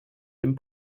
dem